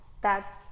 That's-